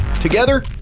Together